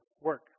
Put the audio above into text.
work